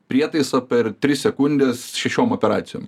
prietaisą per tris sekundes šešiom operacijom